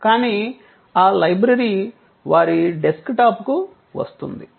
కానీ ఆ లైబ్రరీ వారి డెస్క్టాప్కు వస్తుంది